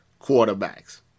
quarterbacks